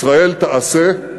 ישראל תעשה,